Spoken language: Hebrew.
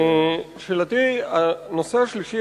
הנושא השלישי,